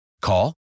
Call